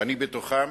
ואני בתוכם,